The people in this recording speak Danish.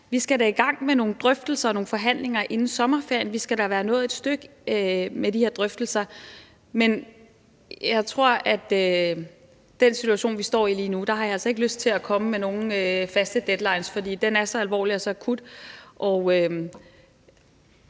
Vi skal da i gang med nogle drøftelser og forhandlinger inden sommerferien; vi skal da være nået et stykke vej med de her drøftelser. Men i den situation, vi står i lige nu, har jeg altså ikke lyst til at foreslå nogle faste deadlines, for den er så alvorlig og så akut,